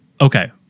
Okay